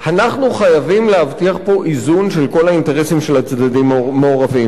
אנחנו חייבים להבטיח פה איזון של כל האינטרסים של הצדדים המעורבים.